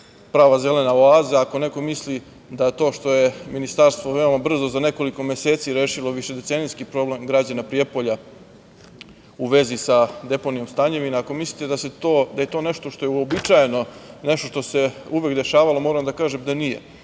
prava zelena oaza, i ako neko misli da to što je Ministarstvo veoma brzo za nekoliko meseci rešilo višedecenijski problem građana Prijepolja, u vezi sa deponijom Stanjevina, ako mislite da je to nešto što je uobičajeno, nešto što se uvek dešavalo, moram da kažem da nije.